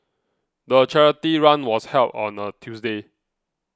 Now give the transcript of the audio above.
the charity run was held on a Tuesday